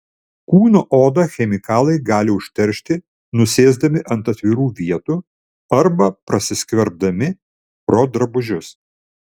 kūno odą chemikalai gali užteršti nusėsdami ant atvirų vietų arba prasiskverbdami pro drabužius